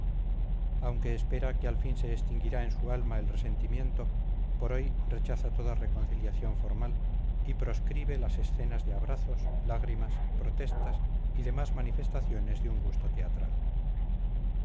aunque espera que al fin se extinguirá en su alma el resentimiento por hoy rechaza toda reconciliación formal y proscribe las escenas de abrazos lágrimas protestas y demás manifestaciones de un gusto teatral